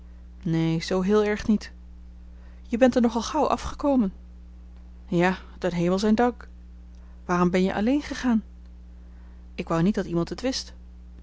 neen zoo heel erg niet je bent er nogal gauw afgekomen ja den hemel zij dank waarom ben je alleen gegaan ik wou niet dat iemand het wist